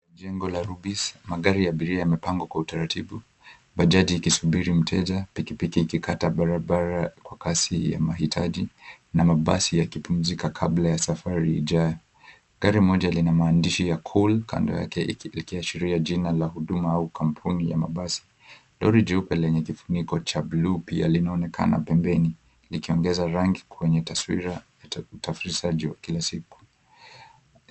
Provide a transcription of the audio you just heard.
Jengo la Rubis, magari ya abiria yamepangwa kwa utaratibu, bajaji ikisubiri mteja, pikipiki ikikata barabara kwa kasi ya mahitaji, na mabasi yakipumzika kabla ya safari ijayo. Gari moja lina maandishi ya "Cool" kando yake, likiashiria jina la huduma au kampuni ya mabasi. Lori jeupe lenye kifuniko cha blue pia linaonekana pembeni, likiongeza rangi kwenye taswira tafrisaji wa kila siku.